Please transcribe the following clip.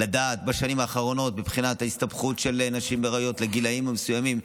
לדעת בשנים האחרונות מבחינת ההסתבכות של נשים בהיריון בגילאים מסוימים.